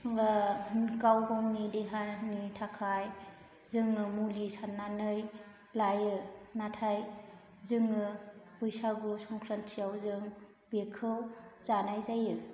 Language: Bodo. होनब्ला गाव गावनि देहानि थाखाय जोङो मुलि साननानै लायो नाथाय जोङो बैसागु संख्रान्थिआव जों बेखौ जानाय जायो